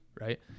right